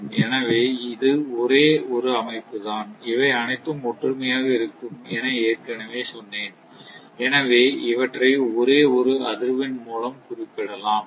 எனவே இது ஒரே ஒரு அமைப்பு தான் இவை அனைத்தும் ஒற்றுமையாக இருக்கும் என ஏற்கனவே சொன்னேன் எனவே இவற்றை ஒரே ஒரு அதிர்வெண் மூலம் குறிப்பிடலாம்